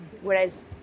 whereas